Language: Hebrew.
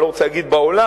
אני לא רוצה להגיד בעולם,